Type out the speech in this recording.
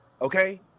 okay